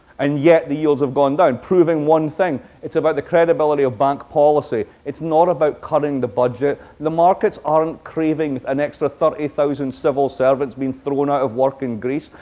and yet the yields have gone down, proving one thing it's about the credibility of bank policy. it's not about cutting the budget. the markets aren't craving an extra thirty thousand civil servants being thrown out of work in greece.